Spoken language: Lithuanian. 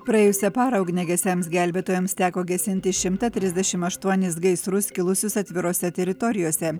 praėjusią parą ugniagesiams gelbėtojams teko gesinti šimtą trisdešim aštuonis gaisrus kilusius atvirose teritorijose